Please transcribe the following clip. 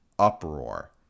uproar